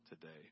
today